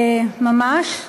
ממש,